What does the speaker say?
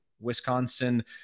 wisconsin